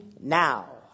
now